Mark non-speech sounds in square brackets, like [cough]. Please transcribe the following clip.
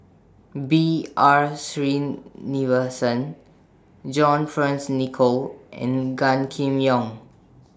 B R Sreenivasan John Fearns Nicoll and Gan Kim Yong [noise]